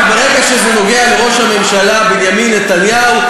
כי ברגע שזה נוגע לראש הממשלה בנימין נתניהו,